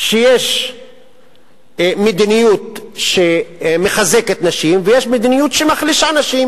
שיש מדיניות שמחזקת נשים ויש מדיניות שמחלישה נשים,